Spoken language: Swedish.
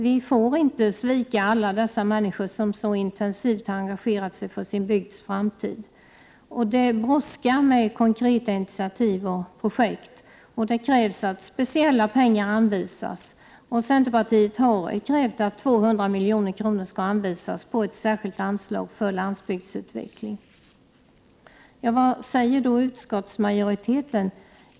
Vi får inte svika alla dessa människor som så intensivt engagerat sig för sin bygds framtid. Det brådskar med konkreta initiativ och projekt, och det krävs att speciella medel anvisas. Centerpartiet har krävt att 200 milj.kr. anvisas på ett särskilt anslag för landsbygdsutveckling. Vad säger då utskottsmajoriteten?